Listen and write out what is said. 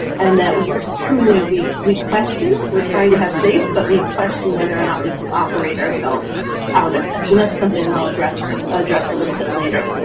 and that truly we we question, we're trying to have faith, but we question whether or not we can operate ourselves out of this. and that's something that i'll address address a little bit later.